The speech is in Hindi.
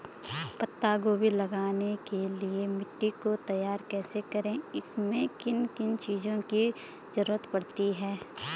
पत्ता गोभी लगाने के लिए मिट्टी को तैयार कैसे करें इसमें किन किन चीज़ों की जरूरत पड़ती है?